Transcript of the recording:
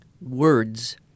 words